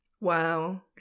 Wow